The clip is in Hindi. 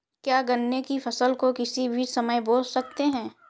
क्या गन्ने की फसल को किसी भी समय बो सकते हैं?